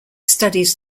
studies